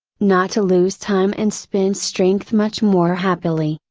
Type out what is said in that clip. not to lose time and spend strength much more happily,